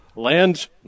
Land